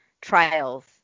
trials